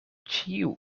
ĉiu